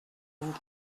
vous